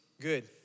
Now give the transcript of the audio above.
good